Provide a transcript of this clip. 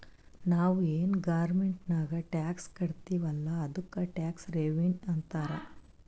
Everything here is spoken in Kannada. ನಾವು ಏನ್ ಗೌರ್ಮೆಂಟ್ಗ್ ಟ್ಯಾಕ್ಸ್ ಕಟ್ತಿವ್ ಅಲ್ಲ ಅದ್ದುಕ್ ಟ್ಯಾಕ್ಸ್ ರೆವಿನ್ಯೂ ಅಂತಾರ್